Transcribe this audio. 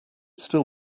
still